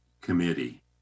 committee